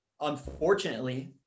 Unfortunately